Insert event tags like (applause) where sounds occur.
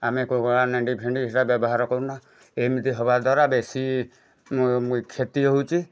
ଆମେ କେଉଁ (unintelligible) ନେଣ୍ଡିଫେଣ୍ଡି ବ୍ୟବହାର କରୁନା ଏମିତି ହେବା ଦ୍ୱାରା ବେଶୀ କ୍ଷତି ହେଉଛି